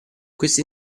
questo